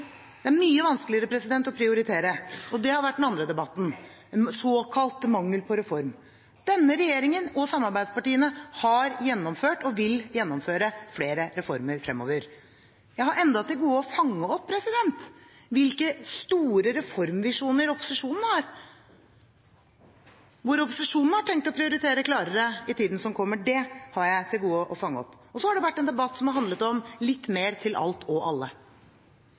Det er mye vanskeligere å prioritere. Og det har vært den andre debatten – såkalt mangel på reform. Denne regjeringen og samarbeidspartiene har gjennomført og vil gjennomføre flere reformer fremover. Jeg har ennå til gode å fange opp hvilke store reformvisjoner opposisjonen har, hvor opposisjonen har tenkt å prioritere klarere i tiden som kommer. Det har jeg til gode å fange opp. Så har det vært en debatt som har handlet om litt mer til alt og alle.